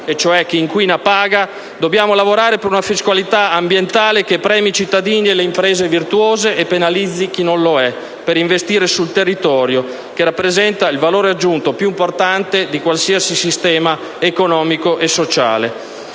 (cioè chi inquina paga), dobbiamo lavorare per una fiscalità ambientale che premi i cittadini e le imprese virtuose e penalizzi chi non lo è per investire sul territorio, che rappresenta il valore aggiunto più importante di qualsiasi sistema economico e sociale.